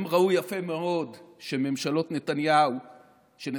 הם ראו יפה מאוד שממשלות נתניהו ונתניהו